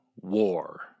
War